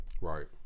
Right